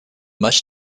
much